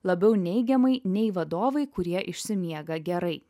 labiau neigiamai nei vadovai kurie išsimiega gerai